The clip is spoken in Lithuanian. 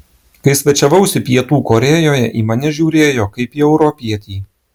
kai svečiavausi pietų korėjoje į mane žiūrėjo kaip į europietį